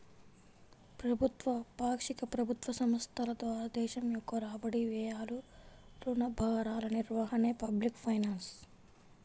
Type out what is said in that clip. ప్రభుత్వ, పాక్షిక ప్రభుత్వ సంస్థల ద్వారా దేశం యొక్క రాబడి, వ్యయాలు, రుణ భారాల నిర్వహణే పబ్లిక్ ఫైనాన్స్